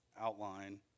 outline